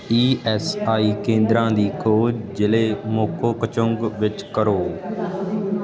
E S I ਕੇਂਦਰਾਂ ਦੀ ਖੋਜ ਜ਼ਿਲ੍ਹੇ ਮੋਕੋਕਚੁੰਗ ਵਿੱਚ ਕਰੋ